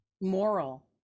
moral